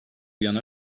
yana